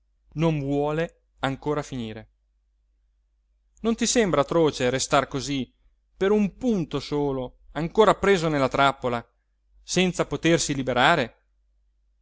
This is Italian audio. non vuole ancora finire non ti sembra atroce restar così per un punto solo ancora preso nella trappola senza potersi liberare